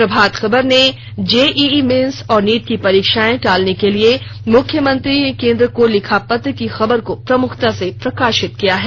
प्रभात खबर ने JEE mains और NEET के परीक्षाएं टालने के लिए मुख्यमंत्री ने केन्द्र को लिखा पत्र की खबर को प्रमुखता से प्रकाशित किया है